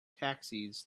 taxis